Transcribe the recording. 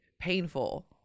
painful